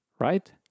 right